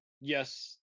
yes